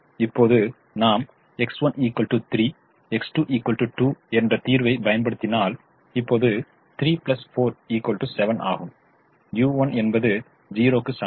இப்போது நாம் X1 3 X2 2 என்ற தீர்வைப் பயன்படுத்தினால் இப்போது 3 4 7 ஆகும் u1 என்பது 0 க்கு சமம்